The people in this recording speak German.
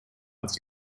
als